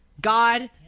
God